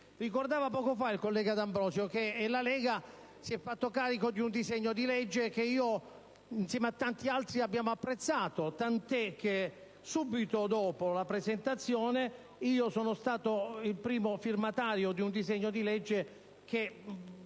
Ricordava poco fa il collega D'Ambrosio che la Lega si è fatta carico di un disegno di legge che io e molti altri abbiamo apprezzato, tanto è vero che subito dopo la presentazione sono stato il primo firmatario di un disegno di legge che